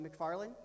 McFarland